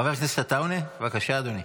חבר הכנסת עטאונה, בבקשה, אדוני.